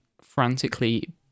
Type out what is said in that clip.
frantically